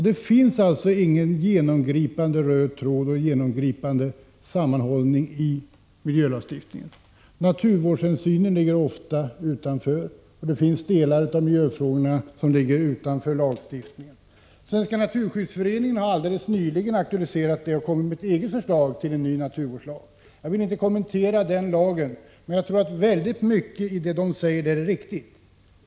Det finns ingen genomgående röd tråd och någonting som håller samman miljölagstiftningen. Naturvårdshänsynen ligger ofta utanför, och också delar av miljöfrågorna ligger utanför lagstiftningen. Svenska naturskyddsföreningen har alldeles nyligen aktualiserat detta och kommit med ett eget förslag till ny naturvårdslag. Jag vill inte kommentera det förslaget, men jag tror att väldigt mycket av det föreningen säger där är riktigt.